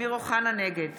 נגד